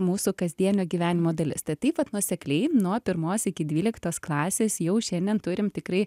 mūsų kasdienio gyvenimo dalis tad taip vat nuosekliai nuo pirmos iki dvyliktos klasės jau šiandien turim tikrai